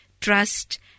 trust